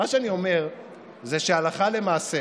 מה שאני אומר זה שהלכה למעשה